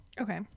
Okay